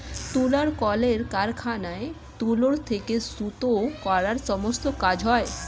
তুলার কলের কারখানায় তুলো থেকে সুতো করার সমস্ত কাজ হয়